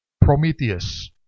Prometheus